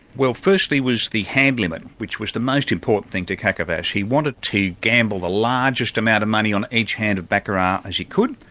well firstly was the hand limit, which was the most important thing to kakavas. he wanted to gamble the largest amount of money on each hand at baccarat as he could,